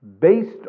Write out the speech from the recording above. based